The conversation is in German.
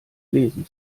lesen